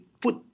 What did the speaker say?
put